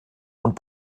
und